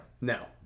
No